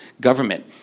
government